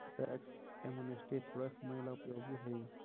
tax amnesty थोड़े समय ला उपयोगी हई